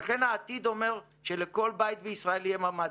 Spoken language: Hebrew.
ולכן העתיד אומר שלכל בית בישראל יהיה ממ"ד.